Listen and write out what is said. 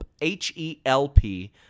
H-E-L-P